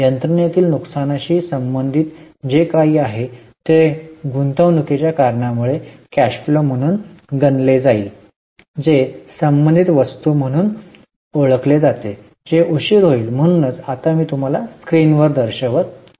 यंत्रणेतील नुकसानाशी संबंधित जे काही आहे जे गुंतवणूकीच्या कारणामुळे कॅश फ्लो म्हणून गणले जाईल जे संबंधित वस्तू म्हणून ओळखले जाते जे उशीर होईल म्हणूनच आता मी तुम्हाला स्क्रीनवर दर्शवत आहे